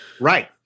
Right